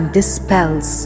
dispels